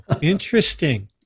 interesting